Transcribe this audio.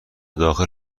داخل